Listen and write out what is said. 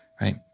right